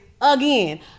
again